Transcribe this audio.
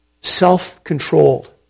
self-controlled